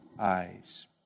eyes